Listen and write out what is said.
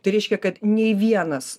tai reiškia kad nei vienas